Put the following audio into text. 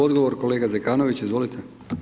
Odgovor, kolega Zekanović, izvolite.